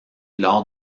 lors